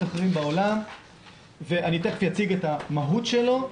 אחרים בעולם ואני תכף אציג את המהות שלו.